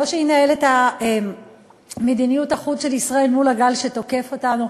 לא שינהל את מדיניות החוץ של ישראל מול הגל שתוקף אותנו.